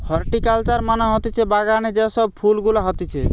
horticulture মানে হতিছে বাগানে যে সব ফুল গুলা হতিছে